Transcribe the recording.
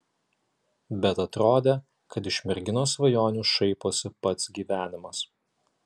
bet atrodė kad iš merginos svajonių šaiposi pats gyvenimas